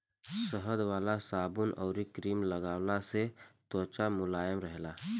शहद वाला साबुन अउरी क्रीम लगवला से त्वचा मुलायम रहेला